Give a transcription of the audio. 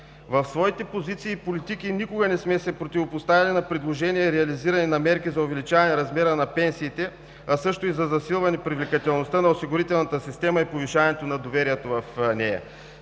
В своите позиции и политики никога не сме се противопоставяли на политики и предложения за реализиране на мерки за увеличаване размера на пенсиите, а също и за засилване привлекателността на осигурителната система и повишаване на доверието в нея.